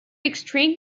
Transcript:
extreme